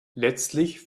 letztlich